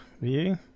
view